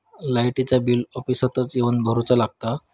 लाईटाचा बिल ऑफिसातच येवन भरुचा लागता?